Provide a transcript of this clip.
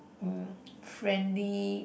mm friendly